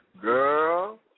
Girl